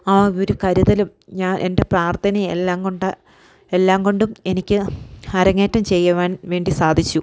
ആ ഒരു കരുതലും ഞാൻ എൻ്റെ പ്രാർഥനയും എല്ലാംകൊണ്ട് എല്ലാംകൊണ്ടും എനിക്ക് അരങ്ങേറ്റം ചെയ്യുവാൻ വേണ്ടി സാധിച്ചു